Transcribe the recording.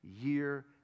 year